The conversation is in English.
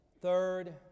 third